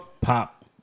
pop